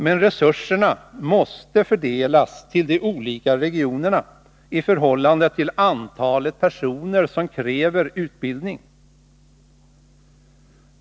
Men resurserna måste fördelas till de olika regionerna i förhållande till antalet personer som kräver utbildning.